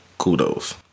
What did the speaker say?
Kudos